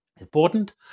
Important